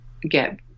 get